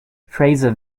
fraser